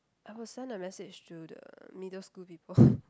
I will send a message to the middle school people